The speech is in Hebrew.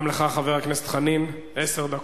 גם לך, חבר הכנסת חנין, עשר דקות.